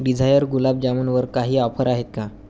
Dzire gulab जाामुनवर काही offer आहेत का